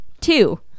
Two